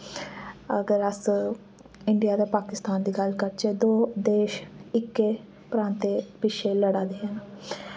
अगर अस इंडिया ते पाकिस्तान दी गल्ल करचै दो देश इक्के प्रांते पिच्छे लड़ा दे न